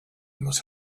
must